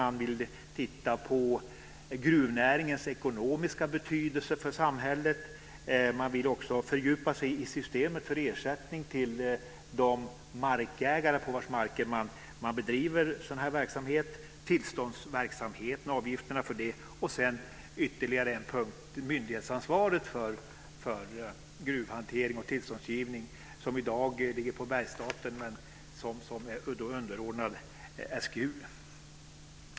Man vill också titta närmare på gruvnäringens ekonomiska betydelse för samhället och fördjupa sig i systemet för ersättning till markägare på vilkas marker sådan här verksamhet bedrivs. Vidare gäller det avgifterna för tillståndsverksamheten. Ytterligare en punkt är myndighetsansvaret för gruvhantering och tillståndsgivning, som i dag ligger på Bergsstaten som är underordnad SGU.